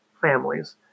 families